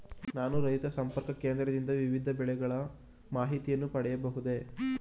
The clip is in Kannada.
ನಾನು ರೈತ ಸಂಪರ್ಕ ಕೇಂದ್ರದಿಂದ ವಿವಿಧ ಬೆಳೆಗಳ ಮಾಹಿತಿಯನ್ನು ಪಡೆಯಬಹುದೇ?